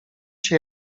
się